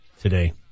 today